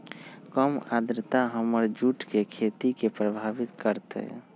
कम आद्रता हमर जुट के खेती के प्रभावित कारतै?